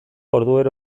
orduero